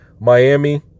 Miami